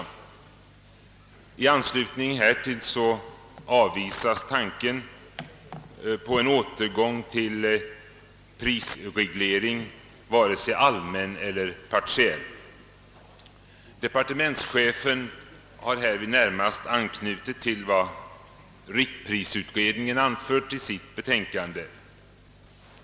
I anslutning härtill avvisas tanken på en återgång till prisreglering, vare sig allmän eller partiell. Departementschefen har härvid närmast anknutit till vad riktprisutredningen har anfört i sitt betänkande.